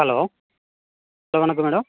hello hello வணக்கம் madam